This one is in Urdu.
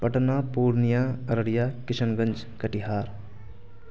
پٹنہ پورنیا ارریا کشن گنج کٹیہار